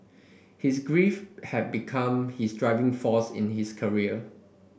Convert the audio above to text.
his grief had become his driving force in his career